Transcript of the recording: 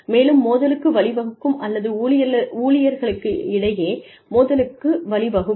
மேலும் மோதலுக்கு வழிவகுக்கும் அல்லது ஊழியர்களிடையே மோதலுக்கு வழிவகுக்கும்